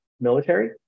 military